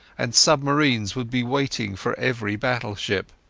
and submarines would be waiting for every battleship.